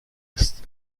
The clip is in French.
est